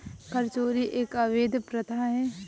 कर चोरी एक अवैध प्रथा है